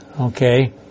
okay